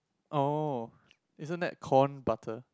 oh isn't that corn butter